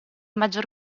maggior